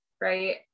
right